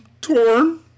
torn